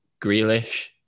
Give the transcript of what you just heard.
Grealish